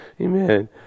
Amen